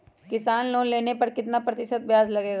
किसान लोन लेने पर कितना प्रतिशत ब्याज लगेगा?